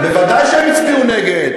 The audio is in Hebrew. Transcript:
ודאי שהם הצביעו נגד.